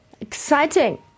Exciting